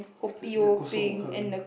then the kosong will come in